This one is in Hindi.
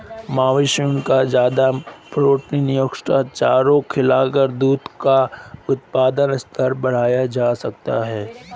मवेशियों को ज्यादा प्रोटीनयुक्त चारा खिलाकर दूध का उत्पादन स्तर बढ़ाया जा सकता है